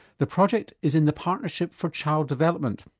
the project is in the partnership for child development.